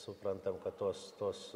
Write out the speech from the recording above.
suprantam kad tos tos